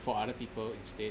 for other people instead